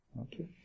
Okay